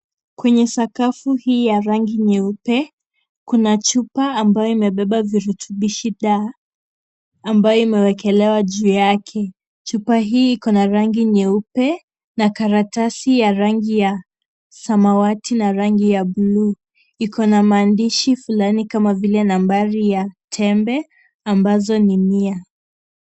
Kwenye sakafu hii ya rangi nyeupe, kuna chupa ambayo imebeba virutubishi D ambayo imewekelewa juu yake. Chupa hii iko na rangi nyeupe na karatasi ya rangi ya samawati na rangi ya bluu. Iko na maandishi fulani kama vile nambari ya tembe ambazo ni mia.